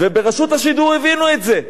וברשות השידור הבינו את זה,